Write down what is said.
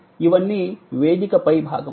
ఇవన్నీ వేదికపై భాగం